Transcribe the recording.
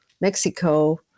Mexico